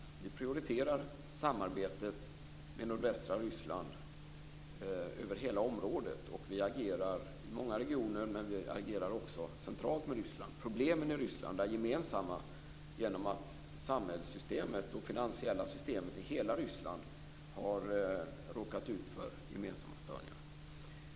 Vi prioriterar samarbetet med nordvästra Ryssland, över hela området, och vi agerar i många regioner men vi agerar också centralt med Ryssland. Problemen i Ryssland är gemensamma, genom att samhällssystemet och det finansiella systemet i hela Ryssland har råkat ut för gemensamma störningar.